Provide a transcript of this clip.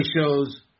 shows